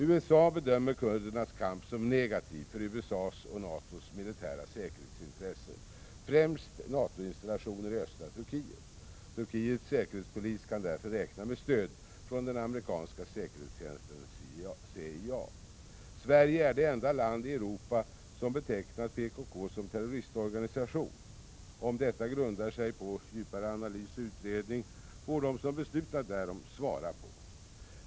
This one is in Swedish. USA bedömer kurdernas kamp som negativ för USA:s och NATO:s militära säkerhetsintressen, främst för NATO-installationer i östra Turkiet. Turkiets säkerhetspolis kan därför räkna med stöd från den amerikanska säkerhetstjänsten CIA. Sverige är det enda land i Europa som betecknat PKK som terroristorganisation. Om detta grundar sig på djupare analys och utredning får de som beslutat därom svara på.